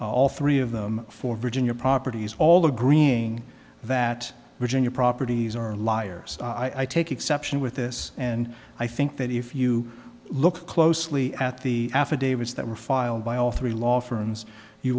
all three of them for virginia properties all agreeing that virginia properties are liars i take exception with this and i think that if you look closely at the affidavits that were filed by all three law firms you